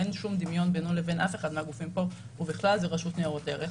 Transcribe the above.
אין שום דמיון בינו לבין אף אחד מהגופים פה ובכלל זה הרשות לניירות ערך.